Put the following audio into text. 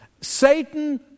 Satan